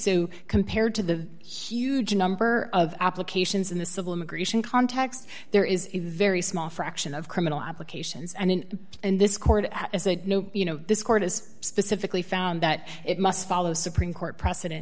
so compared to the huge number of applications in the civil immigration context there is a very small fraction of criminal applications and in this court as you know this court has specifically found that it must follow supreme court precedent